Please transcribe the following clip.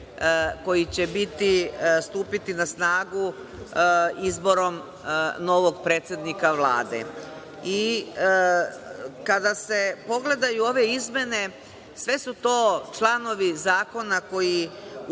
koji će biti, stupiti na snagu izborom novog predsednika Vlade. Kada se pogledaju ove izmene, sve su to članovi zakona koji u